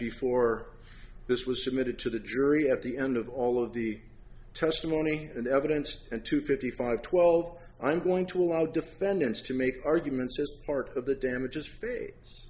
before this was submitted to the jury at the end of all of the testimony and evidence and to fifty five twelve i'm going to allow defendants to make arguments as part of the damage